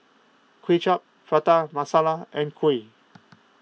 Kuay Chap Prata Masala and Kuih